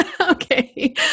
Okay